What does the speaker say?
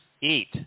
eat